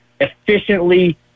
efficiently